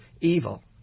evil